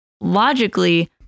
logically